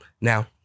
Now